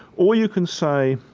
or you can say